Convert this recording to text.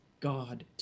God